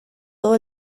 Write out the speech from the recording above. todo